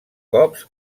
cops